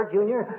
Junior